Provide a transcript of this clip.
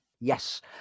Yes